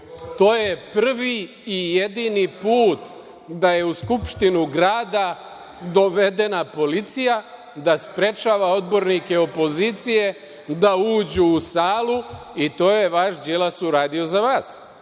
To je prvi i jedini put da je u Skupštinu grada dovedena policija da sprečava odbornike opozicije da uđu u salu, i to je vaš Đilas uradio za